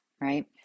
right